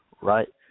right